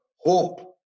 hope